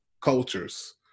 cultures